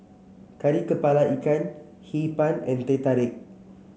Kari kepala Ikan Hee Pan and Teh Tarik